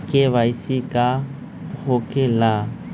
KYC का हो के ला?